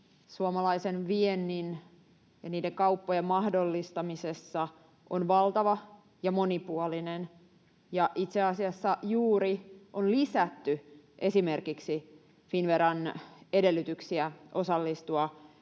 suomalaisen viennin ja niiden kauppojen mahdollistamisessa on valtava ja monipuolinen. Ja itse asiassa juuri on lisätty esimerkiksi Finnveran edellytyksiä osallistua